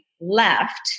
left